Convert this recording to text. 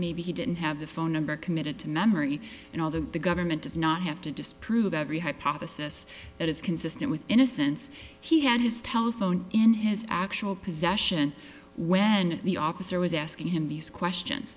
maybe he didn't have the phone number committed to memory and although the government does not have to disprove every hypothesis that is consistent with innocence he had his telephone in his actual possession when the officer was asking him these questions